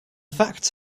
fact